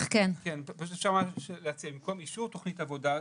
פשוט רציתי להציע במקום "אישור תוכנית עבודה",